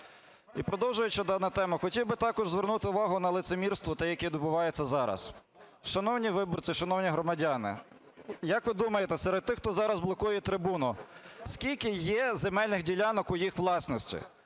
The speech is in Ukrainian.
І продовжуючи дану тему, хотів би також звернути увагу на лицемірство те, яке відбувається зараз. Шановні виборці, шановні громадяни, як ви думаєте, серед тих, хто зараз блокує трибуну, скільки є земельних ділянок у їх власності?